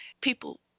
People